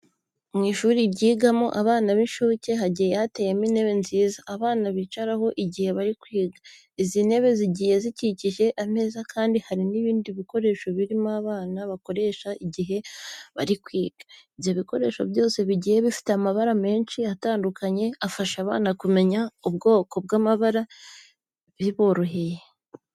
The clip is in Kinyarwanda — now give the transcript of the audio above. Mu ishuri ryigamo abana b'inshuke hagiye hateyemo intebe nziza abana bicaraho igihe bari kwiga. Izi ntebe zigiye zikikije ameza kandi hari n'ibindi bikoresho birimo abana bakoresha igihe bari kwiga. Ibyo bikoresho byose bigiye bifite amabara menshi atandukanye afasha abana kumenya ubwoko bw'amabara biboroheye.